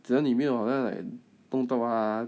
只要你没有好像 like 动到他